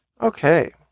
Okay